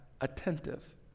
attentive